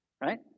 right